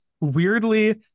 weirdly